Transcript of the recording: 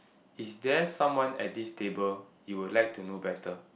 is there someone at this table you would like to know better